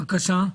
בבקשה,